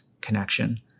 connection